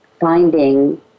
finding